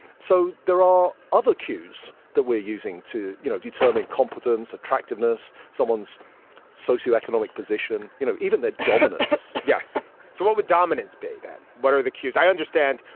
so there are other cues that we're using to you know determine competence attractiveness someone's socioeconomic position you know even that dominance. yes so what with dominance be that what are the cues i understand.